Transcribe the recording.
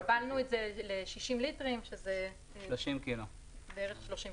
הגבלנו את זה ל-60 ליטרים שזה בערך 30 קילוגרם.